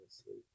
asleep